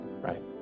right